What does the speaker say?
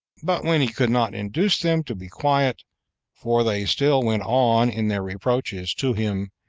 but when he could not induce them to be quiet for they still went on in their reproaches to him,